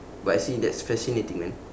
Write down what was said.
but see that's fascinating man